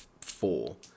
four